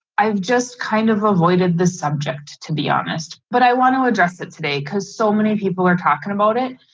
i've just kind of avoided this subject to be honest, but i want to address it today because so many people are talking about it.